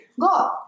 Go